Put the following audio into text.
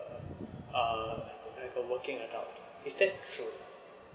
uh like a working adult is that true